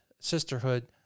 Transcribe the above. sisterhood